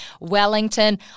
Wellington